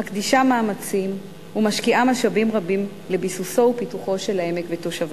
מקדישה מאמצים ומשקיעה מאמצים רבים לביסוס ופיתוח העמק ותושביו.